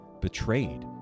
betrayed